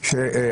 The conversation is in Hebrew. הכנסת,